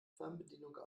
fernbedienung